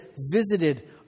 visited